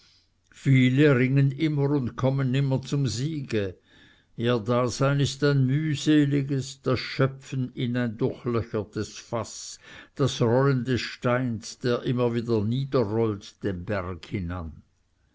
viele ringen immer und kommen nimmer zum siege ihr dasein ist ein mühseliges das schöpfen in ein durchlöchertes faß das rollen des steines der immer wieder niederrollt den berg hinan